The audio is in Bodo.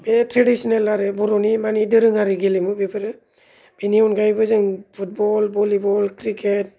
बे थ्रेदिसनेल आरो बर'नि माने दोरोङारि गेलेमु बेफोरो बेनि अनगायैबो जों फुटबल भलिबल क्रिकेट